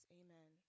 amen